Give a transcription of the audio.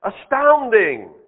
Astounding